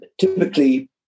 typically